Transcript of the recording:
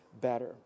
better